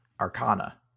arcana